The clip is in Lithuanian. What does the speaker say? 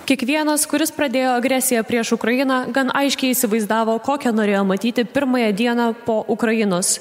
kiekvienas kuris pradėjo agresiją prieš ukrainą gan aiškiai įsivaizdavo kokią norėjo matyti pirmąją dieną po ukrainos